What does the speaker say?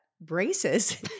braces